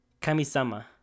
Kamisama